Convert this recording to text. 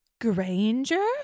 Granger